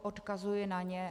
Odkazuji na ně.